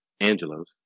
Angelo's